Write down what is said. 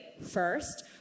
first